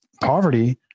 poverty